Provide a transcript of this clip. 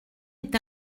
est